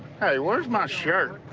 hey, where's my shirt?